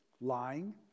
lying